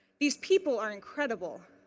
these people are incredible.